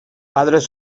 padres